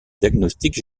diagnostiques